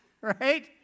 right